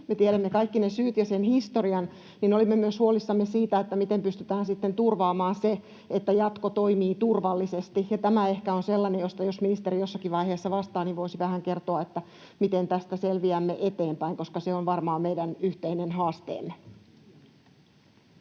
tiedämme kaikki ne syyt ja sen historian — niin olimme myös huolissamme siitä, miten pystytään sitten turvaamaan se, että jatko toimii turvallisesti. Ja tämä ehkä on sellainen asia, josta ministeri, jos hän jossakin vaiheessa vastaa, voisi vähän kertoa, että miten tästä selviämme eteenpäin, koska se on varmaan meidän yhteinen haasteemme.